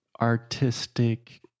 artistic